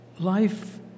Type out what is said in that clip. Life